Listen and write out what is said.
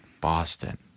Boston